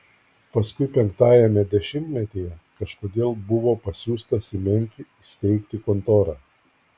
paskui penktajame dešimtmetyje kažkodėl buvo pasiųstas į memfį įsteigti kontorą